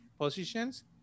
positions